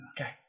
Okay